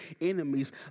enemies